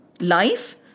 life